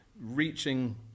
reaching